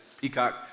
Peacock